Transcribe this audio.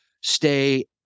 stay